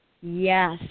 Yes